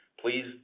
Please